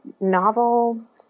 novel